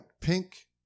Pink